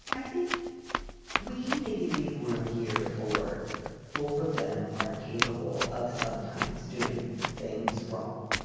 i think we can maybe leave room here for both of them are capable of sometimes doing things wrong,